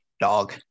dog